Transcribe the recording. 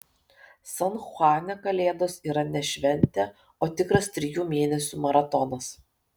san chuane kalėdos yra ne šventė o tikras trijų mėnesių maratonas